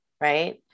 right